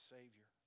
Savior